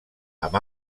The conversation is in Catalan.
amb